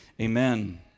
amen